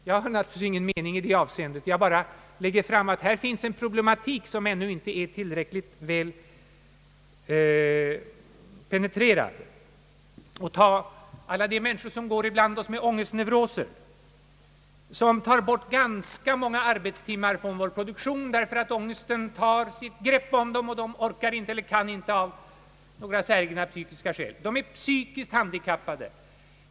Jag har naturligtvis ingen mening i det avseendet, utan vill bara peka på att här finns en problematik som inte är tillräckligt väl penetrerad. Ett annat exempel är de människor som går ibland oss med ångestneuroser. Ganska många arbetstimmar tas från vår produktion därför att ångesten slår sitt grepp om dessa människor så att de inte orkar eller inte kan utföra sitt arbete — av några säregna och typiska skäl. De är psykiskt handikappade.